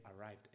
arrived